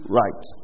right